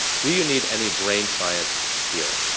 do you need any brain science here?